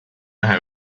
ühe